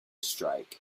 strike